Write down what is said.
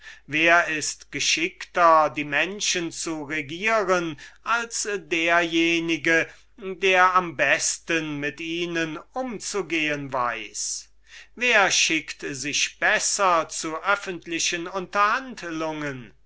wer ist geschickter die menschen zu regieren als derjenige der am besten mit ihnen umzugehen weiß wer schickt sich besser zu öffentlichen unterhandlungen